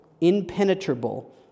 impenetrable